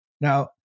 Now